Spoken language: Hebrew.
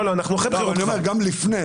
גם לפני.